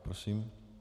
Prosím.